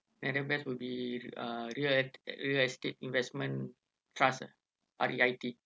the other best would be uh real es~ real estate investment trust ah R_E_I_T